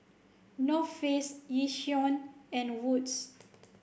North Face Yishion and Wood's